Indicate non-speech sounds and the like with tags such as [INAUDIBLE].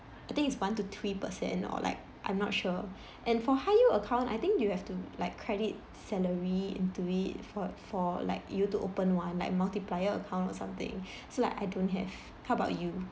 I think it's one to three per cent or like I'm not sure [BREATH] and for high yield account I think you have to like credit salary into it for for like you to open one like multiplier account or something [BREATH] so like I don't have how about you